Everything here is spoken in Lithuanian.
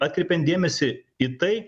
atkreipiant dėmesį į tai